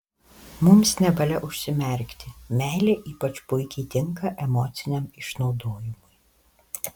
mums nevalia užsimerkti meilė ypač puikiai tinka emociniam išnaudojimui